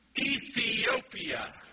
Ethiopia